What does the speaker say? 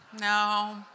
No